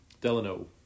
Delano